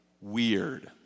weird